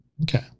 Okay